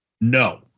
no